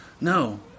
No